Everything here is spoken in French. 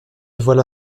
voilà